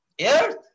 earth